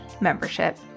membership